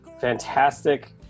fantastic